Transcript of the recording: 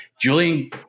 Julian